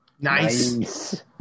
Nice